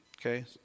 Okay